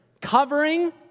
covering